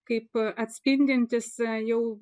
kaip atspindintys jau